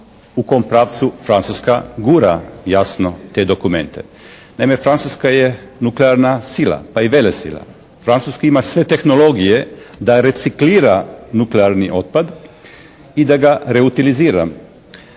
u kom pravcu Francuska gura jasno te dokumente. Naime Francuska je nuklearna sila, pa i velesila. Francuska ima sve tehnologije da reciklira nuklearni otpad i da ga reutilizira.